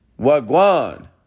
Wagwan